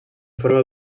forma